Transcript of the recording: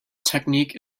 technique